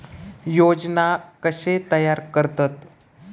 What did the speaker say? योजना कशे तयार करतात?